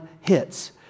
hits